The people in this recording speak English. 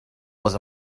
was